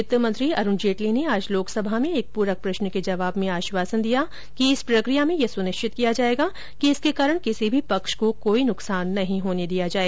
वित्त मंत्री अरुण जेटली ने आज लोकसभा में एक पूरक प्रश्न के जवाब में आश्वासन दिया कि इस प्रक्रिया में यह सुनिश्चित किया जाएगा कि इसके कारण किसी भी पक्ष को कोई नुकसान नहीं होने दिया जाए